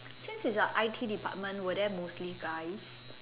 since its a I_T department were there mostly guys